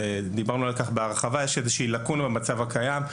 דיברנו על כך בהרחבה; יש איזו שהיא לקונה במצב הקיים.